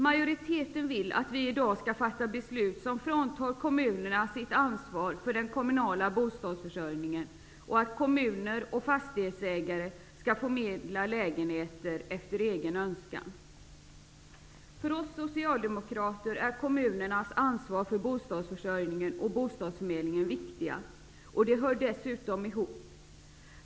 Majoriteten vill att vi i dag skall fatta beslut som fråntar kommunerna deras ansvar för den kommunala bostadsförsörjningen. Kommuner och fastighetsägare skall få förmedla lägenheter efter egen önskan. För oss socialdemokrater är kommunernas ansvar för bostadsförsörjningen och bostadsförmedlingen viktigt. Dessa hör dessutom ihop.